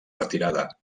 retirada